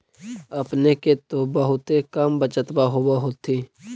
अपने के तो बहुते कम बचतबा होब होथिं?